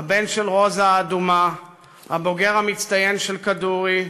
הבן של רוזה האדומה, הבוגר המצטיין של "כדורי",